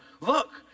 look